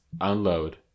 unload